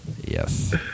Yes